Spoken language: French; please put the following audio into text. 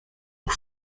aux